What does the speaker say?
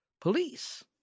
police